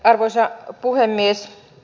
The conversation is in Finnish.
arvoisa puhemies